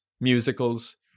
musicals